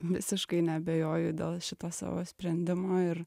visiškai neabejoju dėl šito savo sprendimo ir